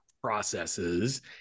processes